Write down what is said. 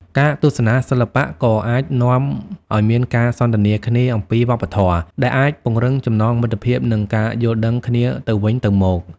ការទស្សនាសិល្បៈក៏អាចនាំឲ្យមានការសន្ទនាគ្នាអំពីវប្បធម៌ ដែលអាចពង្រឹងចំណងមិត្តភាព និងការយល់ដឹងគ្នាទៅវិញទៅមក។